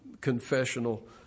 confessional